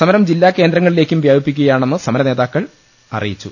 സമരം ജില്ലാ കേന്ദ്രങ്ങളിലേക്കും വ്യാപിപ്പിക്കുകയാണെന്ന് സമരനേതാക്കൾ അറിയിച്ചു